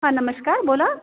हां नमस्कार बोला